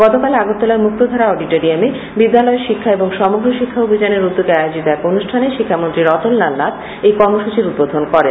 গতকাল আগরতলার মুক্তধারা অডিটোরিয়ামে বিদ্যালয় শিক্ষা এবং সমগ্র শিক্ষা অভিযানের উদ্যোগে আয়োজিত এক অনুষ্ঠানে শিক্ষামন্ত্রী রতনলাল নাথ এই কর্মসূচীর উদ্বোধন করেন